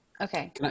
Okay